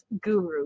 guru